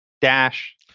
dash